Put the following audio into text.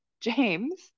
James